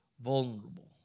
vulnerable